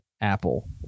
Apple